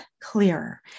clearer